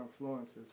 influences